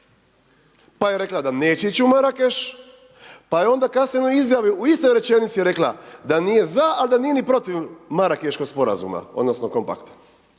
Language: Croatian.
pa je rekla da neće ići u Marakeš, pa je onda kasnije u onoj Izjavi u istoj rečenici rekla da nije za, ali da nije ni protiv Marakeškog sporazuma, odnosno kompakta.